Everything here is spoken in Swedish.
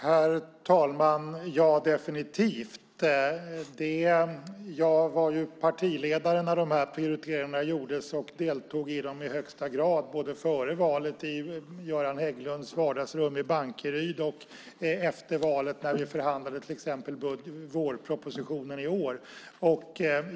Herr talman! Ja, definitivt. Jag var partiledare när de här prioriteringarna gjordes och delade dem i allra högsta grad både före valet i Göran Hägglunds vardagsrum i Bankeryd och efter valet när vi förhandlade till exempel vårpropositionen i år.